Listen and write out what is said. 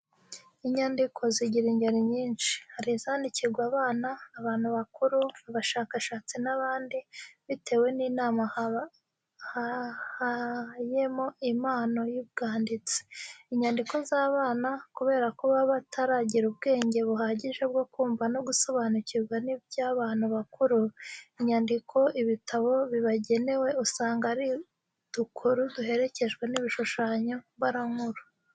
Inyandiko zigira ingeri nyinshi. Hari izandikirwa abana, abantu bakuru, abashakashatsi n'abandi, bitewe n'Imana hayemo impano y'ubwanditsi. Inyandiko z'abana, kubera ko baba bataragira ubwenge buhagije bwo kumva no gusobanukirwa n'iby'abantu bakuru, inyandiko, ibitabo bibagenewe usanga ari udukuru duherekejwe n'ibishushanyo mbarankuru.